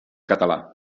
català